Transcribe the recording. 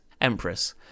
empress